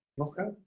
Okay